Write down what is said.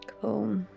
Cool